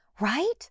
right